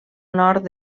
nord